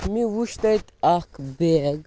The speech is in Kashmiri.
مےٚ وٕچھ تَتہِ اَکھ بیگ